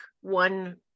one-